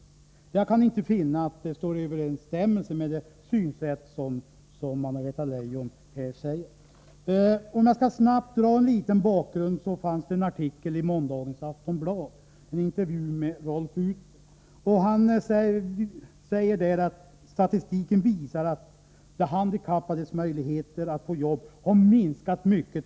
Jag kan inte finna att det står i överensstämmelse med det synsätt som Anna-Greta Leijon här säger sig ha. Jag skall kortfattat ange en del av bakgrunden. I måndags fanns det en artikel i Aftonbladet, där Rolf Utberg i Handikappförbundet sade följande: ”Statistiken visar att de handikappades möjligheter att få jobb minskat drastiskt.